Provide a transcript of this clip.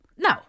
No